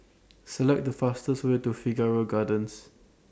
Select The fastest Way to Figaro Gardens